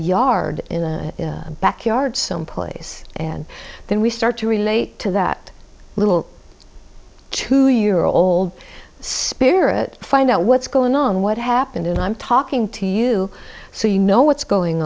yard in the backyard someplace and then we start to relate to that little two year old spirit find out what's going on what happened and i'm talking to you so you know what's going